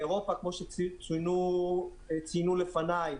באירופה, כפי שציינו לפני,